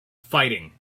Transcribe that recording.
fighting